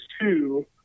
two